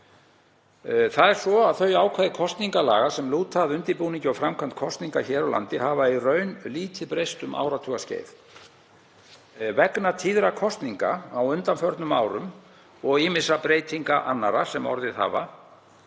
til Alþingis. Þau ákvæði kosningalaga sem lúta að undirbúningi og framkvæmd kosninga hér á landi hafa í raun lítið breyst um áratugaskeið. Vegna tíðra kosninga á undanförnum árum og ýmissa breytinga annarra sem orðið hafa